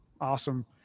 awesome